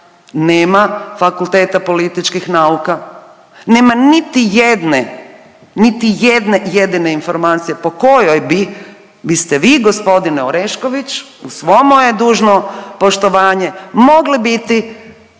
nema fakulteta političkih nauka, nema niti jedne jedine informacije po kojoj biste vi gospodine Orešković uz svo moje dužno poštovanje mogli biti